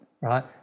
right